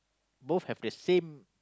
both have the same